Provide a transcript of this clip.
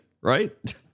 Right